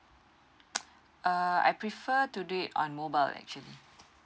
err I prefer to do it on mobile actually